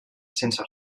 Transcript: sense